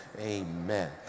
Amen